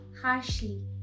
harshly